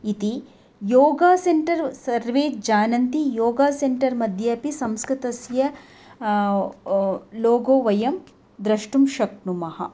इति योगासेन्टर् सर्वे जानन्ति योगासेन्टर्मध्ये अपि संस्कृतस्य लोगो वयं द्रष्टुं शक्नुमः